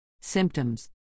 Symptoms